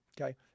Okay